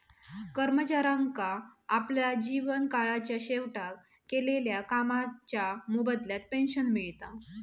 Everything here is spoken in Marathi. कर्मचाऱ्यांका आपल्या जीवन काळाच्या शेवटाक केलेल्या कामाच्या मोबदल्यात पेंशन मिळता